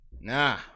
Nah